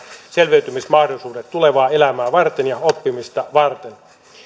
selviytymismahdollisuudet tulevaa elämää varten ja oppimista varten